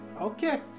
Okay